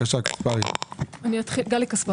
בבקשה, גלי.